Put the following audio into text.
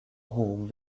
home